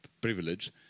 privilege